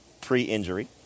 pre-injury